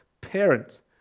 parent